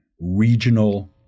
regional